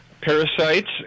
parasites